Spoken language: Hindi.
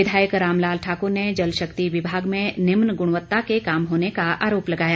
विधायक राम लाल ठाकुर ने जलशक्ति विभाग में निम्न गुणवत्ता के काम होने का आरोप लगाया